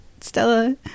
Stella